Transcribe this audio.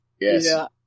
Yes